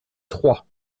trois